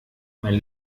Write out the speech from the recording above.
mein